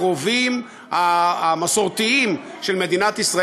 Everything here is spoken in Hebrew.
המעשה המדיני שאיננו,